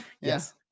Yes